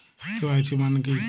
KYC মানে কী?